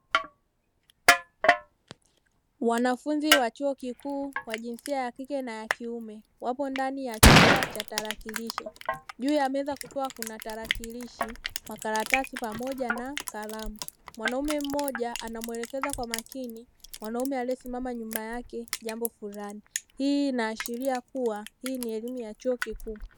Wanafunzi wa chuo kikuu jinsia ya kike na ya kiume wapo ndani ya chumba cha tarakilishi, juu ya meza kukiwa kuna tarakilishi, makaratasi pamoja na kalamu. Mwanaume mmoja anamwelekeza kwa makini mwaume aliyesimama nyuma yake jambo fulani. Hii inaashiria kuwa hii ni elimu ya chuo kikuu.